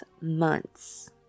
months